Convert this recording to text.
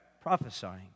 prophesying